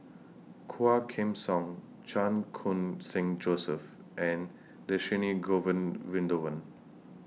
Quah Kim Song Chan Khun Sing Joseph and Dhershini Govin window when